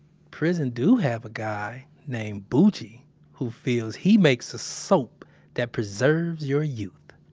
prison do have a guy named bucci who feels he makes a soap that preserves your youth.